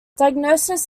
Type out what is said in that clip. diagnosis